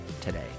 today